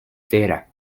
data